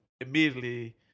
immediately